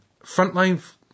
frontline